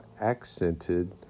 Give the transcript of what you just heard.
accented